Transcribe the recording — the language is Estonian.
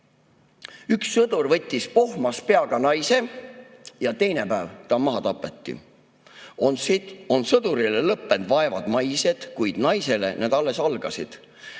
"Üks sõdur võttis pohmas peaga naise / Ja teine päev ta maha tapeti / On sõdurile lõppend vaevad maised / Kuid naisele need alles algasid